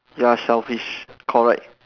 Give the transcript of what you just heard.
you are selfish correct